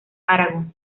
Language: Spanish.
aragón